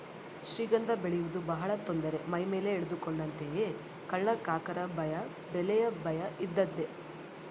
ಶ್ರೀಗಂಧ ಬೆಳೆಯುವುದು ಬಹಳ ತೊಂದರೆ ಮೈಮೇಲೆ ಎಳೆದುಕೊಂಡಂತೆಯೇ ಕಳ್ಳಕಾಕರ ಭಯ ಬೆಲೆಯ ಭಯ ಇದ್ದದ್ದೇ